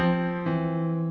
and